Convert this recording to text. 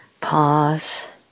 pause